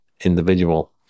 individual